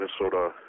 Minnesota